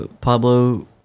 Pablo